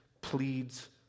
pleads